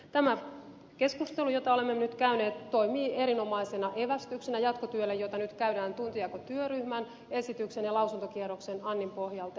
tämä keskustelu jota olemme nyt käyneet toimii erinomaisena evästyksenä jatkotyölle jota nyt käydään tuntijakotyöryhmän esityksen ja lausuntokierroksen annin pohjalta